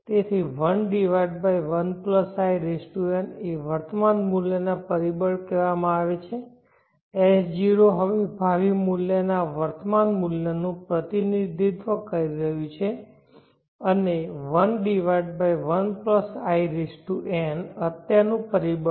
તેથી 11in એ વર્તમાન મૂલ્યના પરિબળ કહેવામાં આવે છે S0 હવે ભાવિ મૂલ્યના વર્તમાન મૂલ્યનું પ્રતિનિધિત્વ કરી રહ્યું છે અને 11in અત્યારનું પરિબળ છે